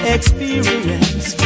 experience